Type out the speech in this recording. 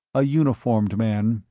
a uniformed man,